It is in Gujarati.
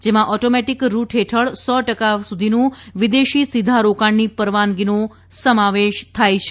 જેમાં ઓટોમેટીક રૂટ હેઠળ સો ટકા સુધીનું વિદેશી સીધા રોકાણની પરવાનગીનો સમાવેશ થાય છે